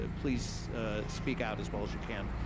ah please speak out as well as you can.